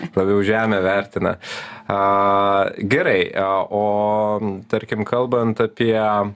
labiau žemę vertina a gerai o tarkim kalbant apie